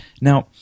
Now